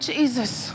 Jesus